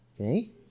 okay